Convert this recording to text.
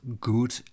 Good